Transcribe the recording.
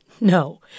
No